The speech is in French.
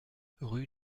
rue